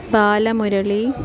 Balamurali